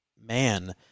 man